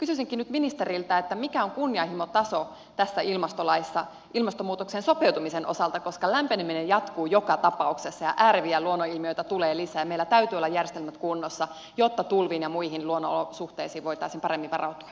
kysyisinkin nyt ministeriltä mikä on kunnianhimon taso tässä ilmastolaissa ilmastonmuutokseen sopeutumisen osalta koska lämpeneminen jatkuu joka tapauksessa ja ääreviä luonnonilmiöitä tulee lisää ja meillä täytyy olla järjestelmät kunnossa jotta tulviin ja muihin luonnonolosuhteisiin voitaisiin paremmin varautua